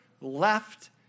left